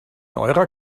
eurer